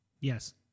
Yes